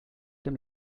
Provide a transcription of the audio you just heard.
dem